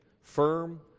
firm